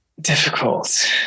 Difficult